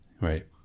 Right